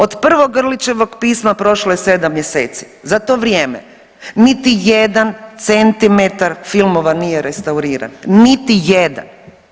Od prvog Grlićevog pisma prošlo je 7 mjeseci, za to vrijeme niti jedan centimetar filmova nije restauriran, niti jedan.